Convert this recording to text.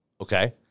okay